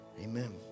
Amen